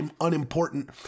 unimportant